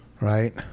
right